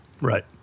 Right